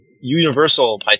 universal